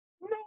No